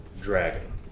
dragon